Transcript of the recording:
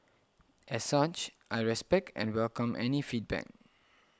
as such I respect and welcome any feedback